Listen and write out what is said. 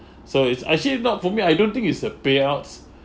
so it's actually not for me I don't think it's a payouts